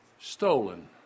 stolen